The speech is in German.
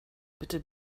bitte